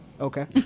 Okay